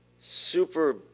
super